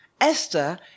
Esther